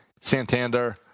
Santander